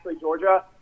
Georgia